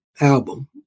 album